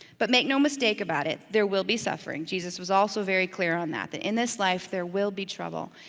but make no mistake about it, there will be suffering. jesus was also very clear on that, that in this life, there will be trouble.